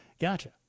Gotcha